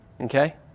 Okay